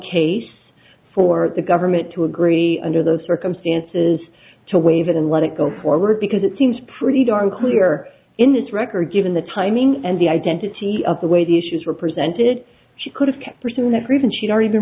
case for the government to agree under those circumstances to waive it and let it go forward because it seems pretty darn clear in this record given the timing and the identity of the way the issues were presented she could have kept pursuing the grievance she'd already been